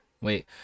Wait